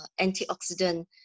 antioxidant